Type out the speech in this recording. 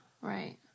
right